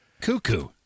Cuckoo